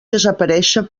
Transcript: desaparèixer